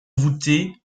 voûtés